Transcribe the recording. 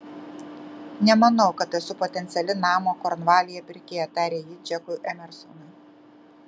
nemanau kad esu potenciali namo kornvalyje pirkėja tarė ji džekui emersonui